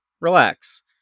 relax